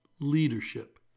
leadership